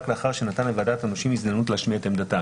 לאחר שנתן לוועדת הנושים הזדמנות להשמיע את עמדתה".